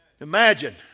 Imagine